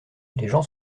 gens